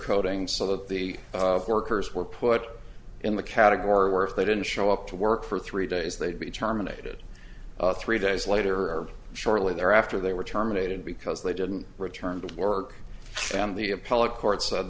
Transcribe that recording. coding so that the workers were put in the category where if they didn't show up to work for three days they'd be terminated three days later or shortly thereafter they were terminated because they didn't return to work and the appellate court said